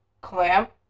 Clamp